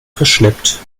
verschleppt